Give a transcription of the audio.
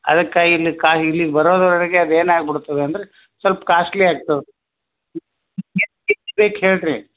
ಅದಕ್ಕಾಯಿ ಇಲ್ಲಿಗೆ ಕಾಯಿ ಇಲ್ಲಿಗೆ ಬರೋದುವರೆಗೆ ಅದು ಏನಾಗ್ಬುಡುತ್ತದೆ ಅಂದರೆ ಸ್ವಲ್ಪ ಕಾಸ್ಟ್ಲಿ ಆಗ್ತಾವೆ ನಿಮಗೆ ಎಷ್ಟು ಕೆ ಜಿ ಬೇಕು ಹೇಳಿ ರೀ